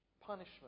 punishment